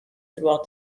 throughout